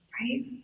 right